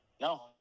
No